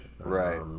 Right